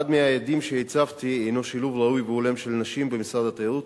אחד מהיעדים שהצבתי היה שילוב ראוי והולם של נשים במשרד התיירות.